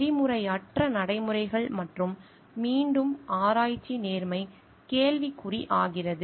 நெறிமுறையற்ற நடைமுறைகள் மற்றும் மீண்டும் ஆராய்ச்சி நேர்மை கேள்விக்குறியாகிறது